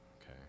Okay